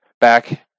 Back